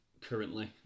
currently